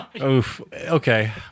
Okay